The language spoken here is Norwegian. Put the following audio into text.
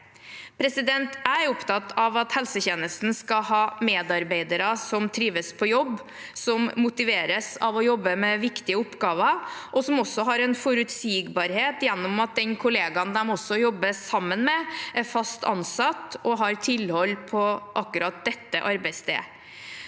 øvrige. Jeg er opptatt av at helsetjenesten skal ha medarbeidere som trives på jobb, som motiveres av å jobbe med viktige oppgaver, og som også har forutsigbarhet ved at den kollegaen de jobber sammen med, er fast ansatt og har tilhold på akkurat det arbeidsstedet.